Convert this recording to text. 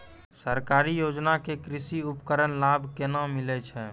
सरकारी योजना के कृषि उपकरण लाभ केना मिलै छै?